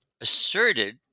asserted